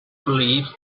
believed